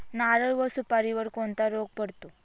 नारळ व सुपारीवर कोणता रोग पडतो?